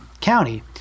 county